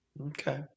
Okay